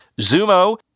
Zumo